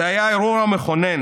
זה היה אירוע מכונן,